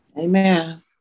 amen